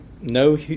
no